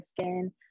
skin